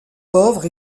pauvres